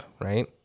right